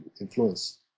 influence